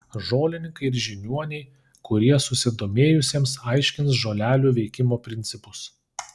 žolininkai ir žiniuoniai kurie susidomėjusiems aiškins žolelių veikimo principus